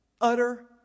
utter